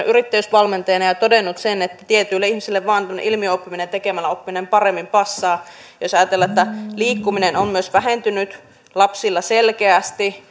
yrittäjyysvalmentajana ja todennut sen että tietyille ihmisille vain tämmöinen ilmiöoppiminen tekemällä oppiminen paremmin passaa jos ajatellaan että liikkuminen on myös vähentynyt lapsilla selkeästi